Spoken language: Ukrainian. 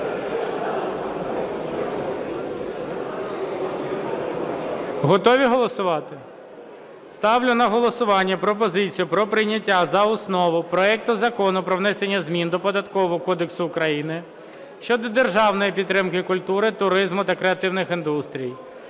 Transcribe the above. Готові голосувати? Ставлю на голосування пропозицію про прийняття за основу проекту Закону про внесення змін до Податкового кодексу України щодо державної підтримки культури, туризму та креативних індустрій,